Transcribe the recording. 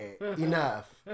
Enough